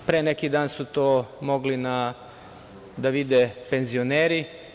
Pre neki dan su to mogli da vide penzioneri.